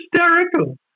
hysterical